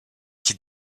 qui